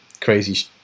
crazy